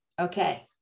Okay